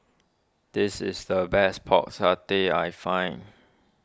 this is the best Pork Satay I find